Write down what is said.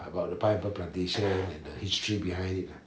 ah about the pineapple plantation and the history behind it